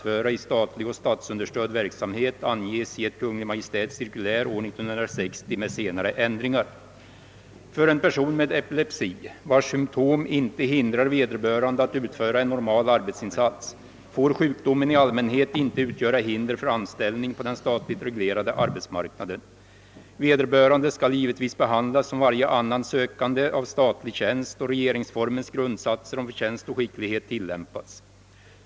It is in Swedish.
För en person med epilepsi, vars symtom inte hindrar vederbörande att utföra en normal arbetsinsats, får sjukdomen i allmänhet inte utgöra hinder för anställning på den statligt reglerade arbetsmarknaden. Vederbörande skall givetvis behandlas som varje annan sökande av statlig tjänst och regeringsformens grundsatser om förtjänst och skicklighet tillämpas.